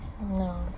no